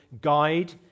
guide